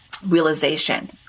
realization